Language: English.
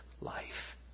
life